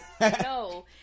no